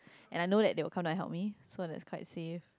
and I know that they will come down and help me so that's quite safe